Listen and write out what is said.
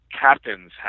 captain's